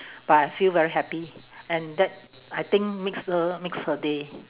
but I feel very happy and that I think makes her makes her day